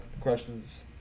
questions